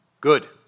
Good